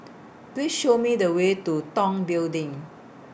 Please Show Me The Way to Tong Building